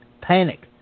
panic